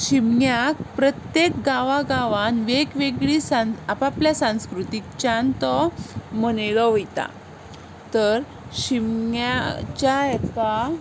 शिगम्याक प्रत्येक गांवा गांवांत वेगवेगळी सां आप आपल्या सांस्कृतीच्यान तो मनयलो वता तर शिगम्याच्या हाका